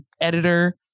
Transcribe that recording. editor